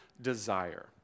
desire